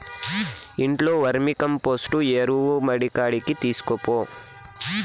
ఇంట్లో వర్మీకంపోస్టు ఎరువు మడికాడికి తీస్కపో